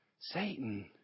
Satan